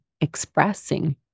expressing